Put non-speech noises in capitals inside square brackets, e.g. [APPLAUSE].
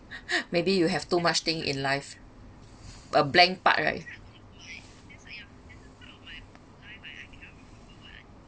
[LAUGHS] maybe you have too much thing in life but blank part right